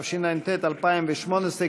התשע"ט 2018,